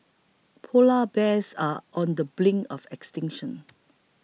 Polar Bears are on the brink of extinction